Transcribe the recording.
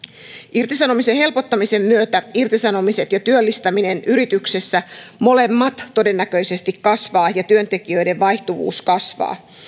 irtisanomisen helpottamisen myötä irtisanomiset ja työllistäminen yrityksessä molemmat todennäköisesti kasvavat ja työntekijöiden vaihtuvuus kasvaa